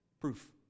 Proof